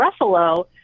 ruffalo